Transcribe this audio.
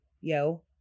yo